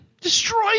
Destroy